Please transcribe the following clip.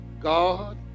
God